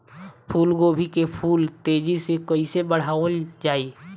फूल गोभी के फूल तेजी से कइसे बढ़ावल जाई?